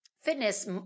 fitness